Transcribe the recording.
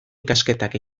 ikasketak